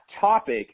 topic